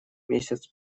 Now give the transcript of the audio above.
месяц